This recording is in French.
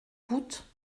coûte